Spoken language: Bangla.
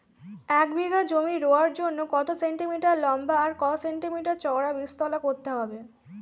এক বিঘা জমি রোয়ার জন্য কত সেন্টিমিটার লম্বা আর কত সেন্টিমিটার চওড়া বীজতলা করতে হবে?